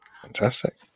fantastic